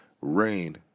rain